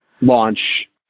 launch